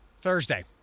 Thursday